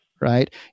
right